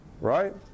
Right